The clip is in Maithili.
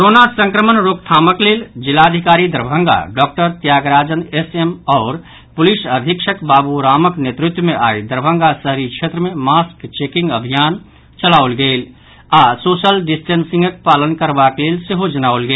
कोरोना संक्रमण रोकथामक लेल जिलाधिकारी Darbhanga doctor Tyagarajan S M आओर पुलिस अधीक्षक बाबूरामक नेतृत्व मे आइ दरभंगा शहरी क्षेत्र मे मास्क चेकिंग अभियान चलाओल गेल आओर सोशल डिस्टेंसिंगक पालन करबाक लेल सेहो जनाओल गेल